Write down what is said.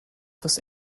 fürs